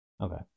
Okay